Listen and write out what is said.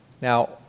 Now